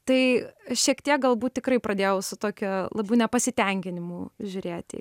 tai šiek tiek galbūt tikrai pradėjau su tokia labu nepasitenkinimu žiūrėti